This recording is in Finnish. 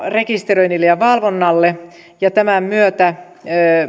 rekisteröinnille ja valvonnalle ja tämän myötä